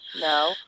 No